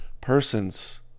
persons